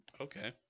Okay